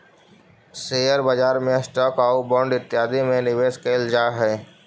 share बाजार में stock आउ बांड इत्यादि में निवेश कैल जा हई